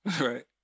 right